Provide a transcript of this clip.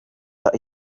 that